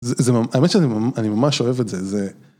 זה, האמת שאני ממש אוהב את זה, זה...